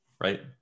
right